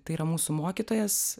tai yra mūsų mokytojas